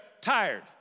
tired